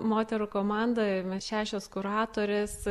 moterų komandoje mes šešios kuratorės